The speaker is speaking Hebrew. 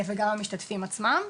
וגם המשתתפים עצמם.